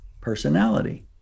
personality